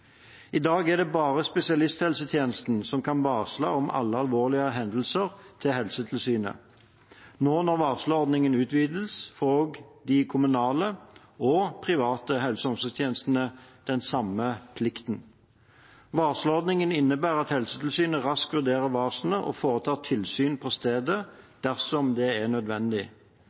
I dag er det bare spesialisthelsetjenesten som kan varsle om alle alvorlige hendelser til Helsetilsynet. Nå når varselordningen utvides, får også de kommunale og de private helse- og omsorgstjenestene den samme plikten. Varselordningen innebærer at Helsetilsynet raskt vurderer varslene og foretar tilsyn på stedet – dersom det er nødvendig.